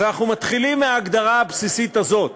אז אנחנו מתחילים מההגדרה הבסיסית הזאת.